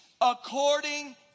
according